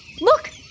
Look